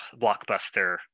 blockbuster